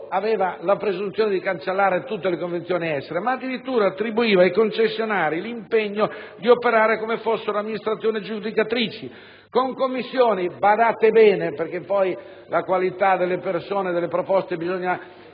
aveva la presunzione di cancellare tutte le convenzioni in essere, ma addirittura attribuiva ai concessionari l'impegno di operare come fossero amministrazioni aggiudicatrici. Badate bene (perché la qualità delle persone e delle proposte bisogna